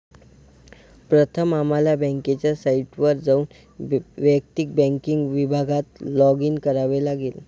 प्रथम आम्हाला बँकेच्या साइटवर जाऊन वैयक्तिक बँकिंग विभागात लॉगिन करावे लागेल